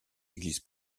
églises